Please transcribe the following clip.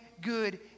good